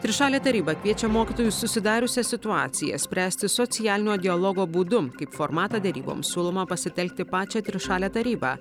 trišalė taryba kviečia mokytojus susidariusią situaciją spręsti socialinio dialogo būdu kaip formatą deryboms siūloma pasitelkti pačią trišalę tarybą